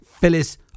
Phyllis